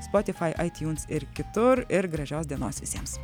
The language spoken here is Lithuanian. spotify itunes ir kitur ir gražios dienos visiems